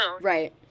right